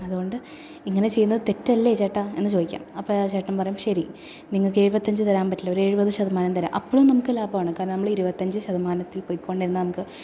അതുകൊണ്ട് ഇങ്ങനെ ചെയ്യുന്നത് തെറ്റല്ലേ ചേട്ടാ എന്ന് ചോദിക്കാം അപ്പോൾ ആ ചേട്ടൻ പറയും ശരി നിങ്ങൾക്ക് എഴുപത്തഞ്ച് തരാൻ പറ്റില്ല ഒരു എഴുപത് ശതമാനം തരാം അപ്പോഴും നമുക്ക് ലാഭമാണ് കാരണം നമ്മൾ ഇരുപത്തഞ്ചു ശതമാനത്തിൽ പൊയ്ക്കൊണ്ടിരുന്ന നമുക്ക്